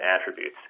attributes